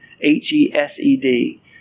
H-E-S-E-D